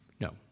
No